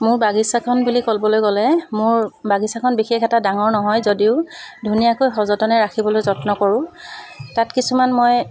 মোৰ বাগিছাখন বুলি ক'বলৈ গ'লে মোৰ বাগিছাখন বিশেষ এটা ডাঙৰ নহয় যদিও ধুনীয়াকৈ সযতনেৰে ৰাখিবলৈ যত্ন কৰোঁ তাত কিছুমান মই